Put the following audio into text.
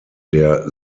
der